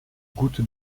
goutte